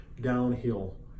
downhill